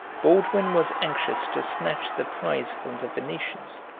baldwin was anxious to snatch the prize from the venetians,